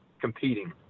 competing